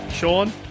Sean